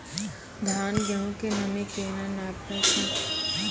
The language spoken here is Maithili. धान, गेहूँ के नमी केना नापै छै?